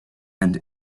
and